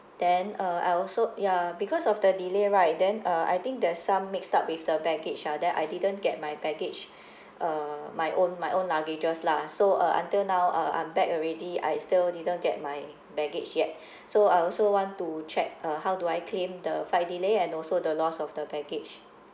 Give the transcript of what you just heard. then uh I also ya because of the delay right then uh I think there's some mixed up with the baggage ah then I didn't get my baggage uh my own my own luggages lah so uh until now uh I'm back already I still didn't get my baggage yet so I also want to check uh how do I claim the flight delay and also the lost of the baggage